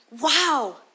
wow